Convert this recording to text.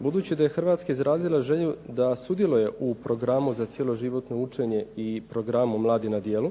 Budući da je Hrvatska izrazila želju da sudjeluje u Programu za cjeloživotno učenje i programu mladi na djelu,